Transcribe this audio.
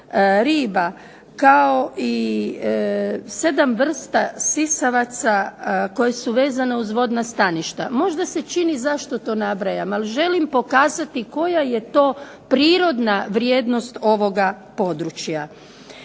riba kao i 7 vrsta sisavaca koja su vezana uz vodna staništa. Možda se čini, zašto to nabrajam, ali želim pokazati koja je to prirodna vrijednost ovoga područja.